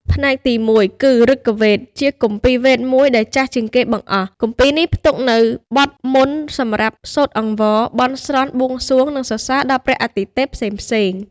ផ្នែកទី១ គឺឫគវេទ ជាគម្ពីរវេទមួយដែលចាស់ជាងគេបង្អស់។ គម្ពីរនេះផ្ទុកនូវ បទមន្ត សម្រាប់សូត្រអង្វរ បន់ស្រន់ បួងសួង និងសរសើរដល់ព្រះអាទិទេពផ្សេងៗ។